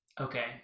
Okay